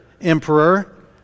emperor